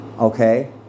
Okay